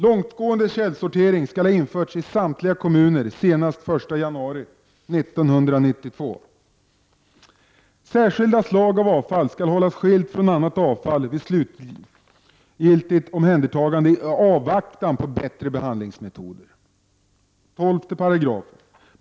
Långtgående källsortering skall ha införts i samtliga kommuner senast 1 januari 1992. Särskilda slag av avfall skall hållas skilt från annat avfall vid slutgiltigt omhändertagande i avvaktan på bättre behandlingsmetoder. 12§.